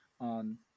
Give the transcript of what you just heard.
on